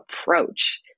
approach